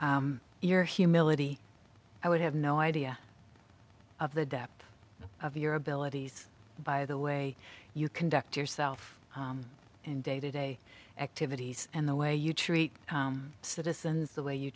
of your humility i would have no idea of the depth of your abilities by the way you conduct yourself in day to day activities and the way you treat citizens the way you